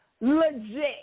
Legit